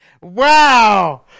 Wow